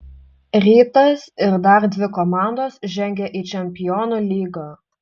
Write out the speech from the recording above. rytas ir dar dvi komandos žengia į čempionų lygą